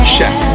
Chef